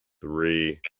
three